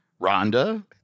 Rhonda